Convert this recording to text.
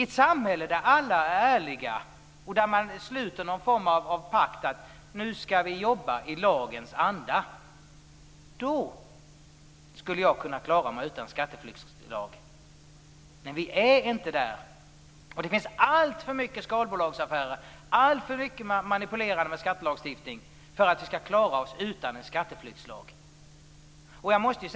I ett samhälle där alla är ärliga och där man sluter någon form av pakt om att alla skall verka i lagens anda skulle man kunna klara sig utan skatteflyktslag. Men vi är inte där. Det förekommer alltför många skalbolagsaffärer, och alltför mycket manipulerande med skattelagstiftning för att vi skall klara oss utan en skatteflyktslag.